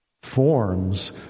forms